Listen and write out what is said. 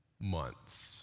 months